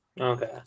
Okay